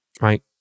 right